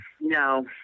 no